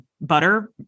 butter